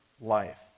life